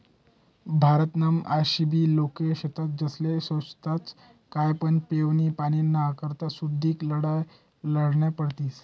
भारतमा आशाबी लोके शेतस ज्यास्ले सोच्छताच काय पण पेवानी पाणीना करता सुदीक लढाया लढन्या पडतीस